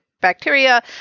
bacteria